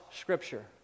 Scripture